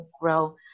grow